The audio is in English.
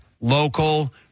local